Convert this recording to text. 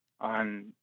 on